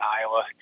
Iowa